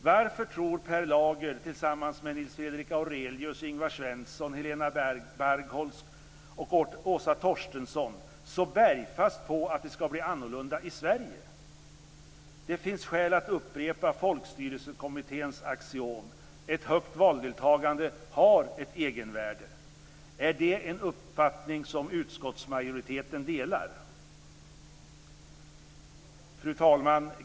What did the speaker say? Varför tror Per Lager tillsammans med Nils Fredrik Aurelius, Ingvar Svensson, Helena Bargholtz och Åsa Torstensson så bergfast på att det ska bli annorlunda i Sverige? Det finns skäl att upprepa Folkstyrelsekommitténs axiom: Ett högt valdeltagande har ett egenvärde. Är det en uppfattning som utskottsmajoriteten delar? Fru talman!